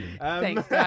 Thanks